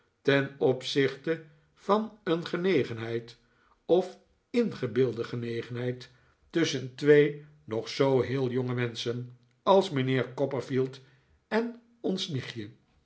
ten opzichte van een genegenheid of ingebeelde genegenheid tusschen twee nog zoo heel jonge menschen als mijnheer copperfield en ons nichtje